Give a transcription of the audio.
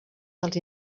dels